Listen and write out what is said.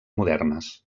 modernes